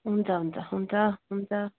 हुन्छ हुन्छ हुन्छ हुन्छ